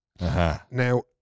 Now